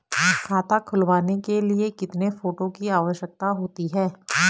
खाता खुलवाने के लिए कितने फोटो की आवश्यकता होती है?